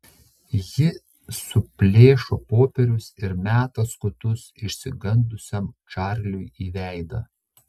ji suplėšo popierius ir meta skutus išsigandusiam čarliui į veidą